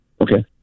Okay